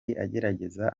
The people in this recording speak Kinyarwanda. agerageza